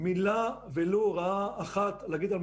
כרגע לא מתוכננות סגירות של נציגויות,